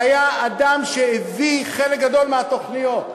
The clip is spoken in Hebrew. שהיה האדם שהביא חלק גדול מהתוכניות,